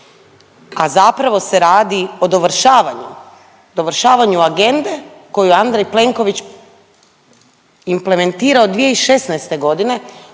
a zapravo se radi o dovršavanju, dovršavanju agende koju je Andrej Plenković implementirao 2016.g.